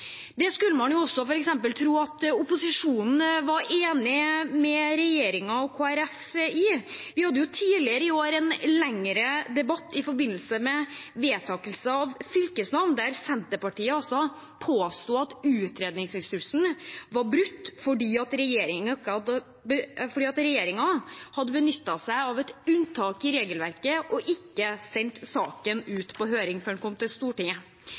Det skulle man jo også f.eks. tro at opposisjonen var enig med regjeringen og Kristelig Folkeparti i. Vi hadde tidligere i år en lengre debatt i forbindelse med vedtakelse av fylkesnavn, der Senterpartiet påsto at utredningsinstruksen var brutt fordi regjeringen hadde benyttet seg av et unntak i regelverket og ikke sendt saken ut på høring før den kom til Stortinget.